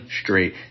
straight